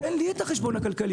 תן לי את החשבון הכלכלי.